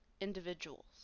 individuals